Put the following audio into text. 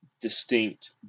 distinct